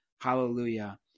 Hallelujah